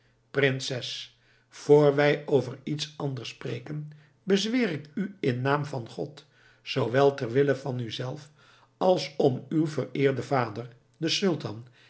prinses vor wij over iets anders spreken bezweer ik u in naam van god zoowel ter wille van uzelf als om uw vereerden vader den sultan